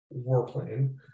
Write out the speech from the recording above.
warplane